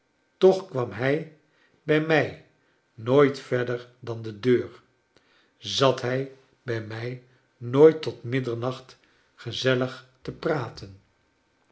toch kwam hij bij mij nooit verder dan de deur zat hij bij m ij nooit tot middernacht gezellig te praten